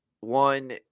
one